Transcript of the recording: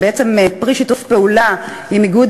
שהיא בעצם פרי שיתוף פעולה עם איגוד